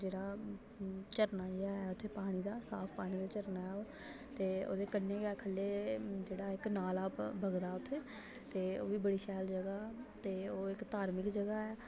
जेह्ड़ा झरना जेहा ऐ उत्थै पानी दा साफ पानी दा झरना ऐ ओह् कन्नै गै ख'ल्लें जेहड़ा इक नाला बगदा उत्थै ते ओह् बी बड़ी शैल जगह् ऐ ते ओह् इक धार्मिक जगह् ऐ